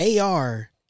AR